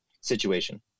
situation